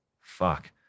Fuck